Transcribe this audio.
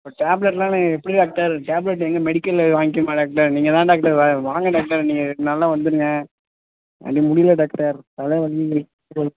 இப்போ டேப்லெட்டுலாம் நான் எப்படி டாக்டர் டேப்லெட்டு எங்கே மெடிக்கலில் வாங்கிக்கணுமா டாக்டர் நீங்கள் தான் டாக்டர் வாங்க டாக்டர் நீங்கள் ரெண்டு நாளில் வந்துவிடுங்க என்னால் முடியல டாக்டர் தலைவலி